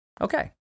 Okay